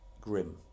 grim